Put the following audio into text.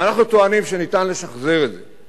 ואנחנו טוענים שאפשר לשחזר את זה,